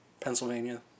Pennsylvania